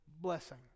blessing